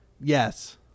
Yes